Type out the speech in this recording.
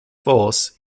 force